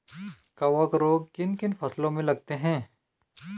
कवक रोग किन किन फसलों में लगते हैं?